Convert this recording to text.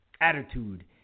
attitude